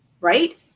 right